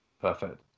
perfect